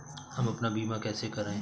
हम अपना बीमा कैसे कराए?